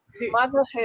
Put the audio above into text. Motherhood